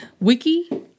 Wiki